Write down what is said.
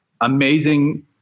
amazing